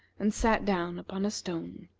and sat down upon a stone.